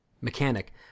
mechanic